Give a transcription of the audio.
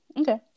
Okay